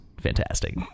Fantastic